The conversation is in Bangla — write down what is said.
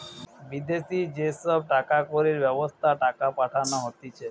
বিদেশি যে সব টাকা কড়ির ব্যবস্থা টাকা পাঠানো হতিছে